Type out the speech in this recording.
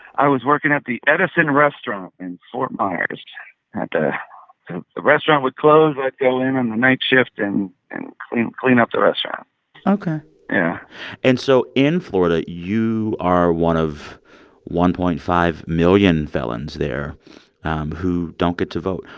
i was working at the edison restaurant in fort myers. that the restaurant would close. i'd go in on and the night shift and and clean clean up the restaurant ok yeah and so, in florida, you are one of one point five million felons there who don't get to vote.